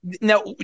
Now